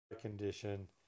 condition